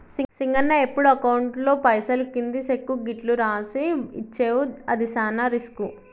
సింగన్న ఎప్పుడు అకౌంట్లో పైసలు కింది సెక్కు గిట్లు రాసి ఇచ్చేవు అది సాన రిస్కు